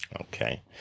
okay